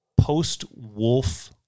post-Wolf